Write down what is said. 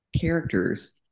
characters